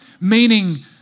Meaning